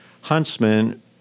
Huntsman